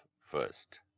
first